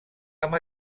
amb